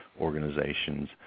organizations